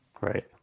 Right